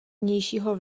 vnějšího